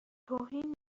توهین